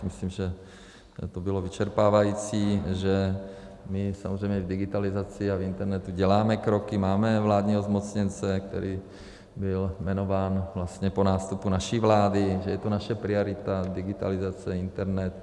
Já si myslím, že to bylo vyčerpávající, že my samozřejmě v digitalizaci a internetu děláme kroky, máme vládního zmocněnce, který byl jmenován po nástupu naší vlády, že je to naše priorita, digitalizace, internet.